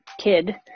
kid